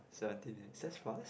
seventeen is that fast